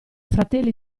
fratelli